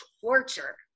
torture